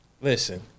Listen